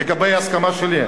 לגבי ההסכמה שלי,